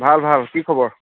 ভাল ভাল কি খবৰ